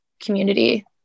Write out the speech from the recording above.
community